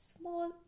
small